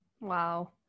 Wow